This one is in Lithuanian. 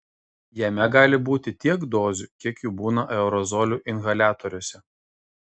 jame gali būti tiek dozių kiek jų būna aerozolių inhaliatoriuose